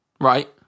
Right